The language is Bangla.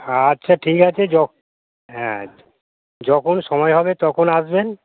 আচ্ছা ঠিক আছে যখ হ্যাঁ যখন সময় হবে তখন আসবেন